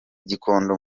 gikondo